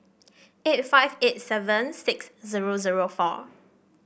eifht five eight seven six zero zero four